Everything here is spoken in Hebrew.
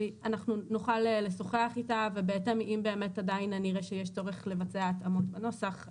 נוכל לשוחח אתה ואם באמת עדיין אני אראה שיש צורך לבצע התאמות נוסח,